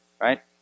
right